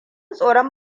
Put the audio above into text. tsoron